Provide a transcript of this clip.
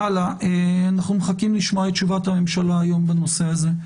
אנחנו מחכים לשמוע היום את תשובת הממשלה בנושא הזה.